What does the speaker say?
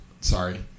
Sorry